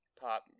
pop